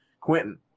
Quentin